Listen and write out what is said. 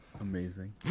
Amazing